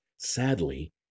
sadly